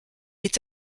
est